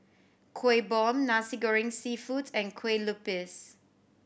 Kuih Bom Nasi Goreng Seafood and kue lupis